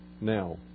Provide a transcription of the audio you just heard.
Now